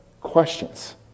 questions